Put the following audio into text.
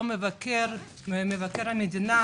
לא של מבקר המדינה,